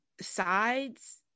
sides